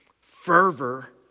fervor